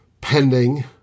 pending